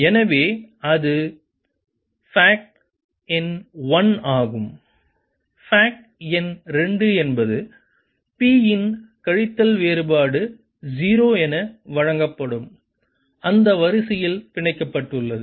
எனவே அது ஃபேக்ட் எண் 1 ஆகும் ஃபேக்ட் எண் 2 என்பது P இன் கழித்தல் வேறுபாடு 0 என வழங்கப்படும் அந்த வரிசையில் பிணைக்கப்பட்டுள்ளது